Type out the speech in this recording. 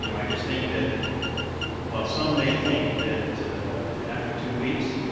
you know i just think that while some may think that after two weeks,